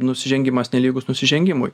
nusižengimas nelygus nusižengimui